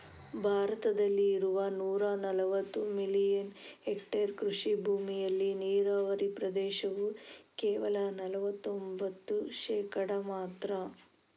ಭಾರತದಲ್ಲಿ ಇರುವ ನೂರಾ ನಲವತ್ತು ಮಿಲಿಯನ್ ಹೆಕ್ಟೇರ್ ಕೃಷಿ ಭೂಮಿಯಲ್ಲಿ ನೀರಾವರಿ ಪ್ರದೇಶವು ಕೇವಲ ನಲವತ್ತೊಂಭತ್ತು ಶೇಕಡಾ ಮಾತ್ರ